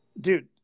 dude